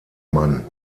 mann